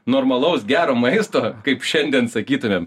normalaus gero maisto kaip šiandien sakytumėm